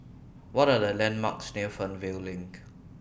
What Are The landmarks near Fernvale LINK